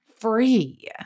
free